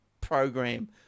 program